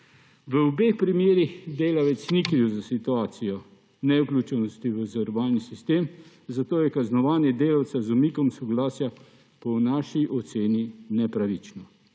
V obeh primerih delavec ni kriv za situacijo nevključenosti v zavarovalni sistem, zato je kaznovanje delavca z umikom soglasja po naši oceni nepravično.